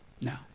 No